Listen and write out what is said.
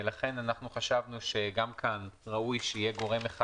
לכן חשבנו שגם כאן ראוי שיהיה גורם אחד